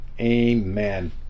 amen